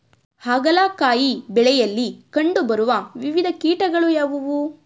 ಹಾಗಲಕಾಯಿ ಬೆಳೆಯಲ್ಲಿ ಕಂಡು ಬರುವ ವಿವಿಧ ಕೀಟಗಳು ಯಾವುವು?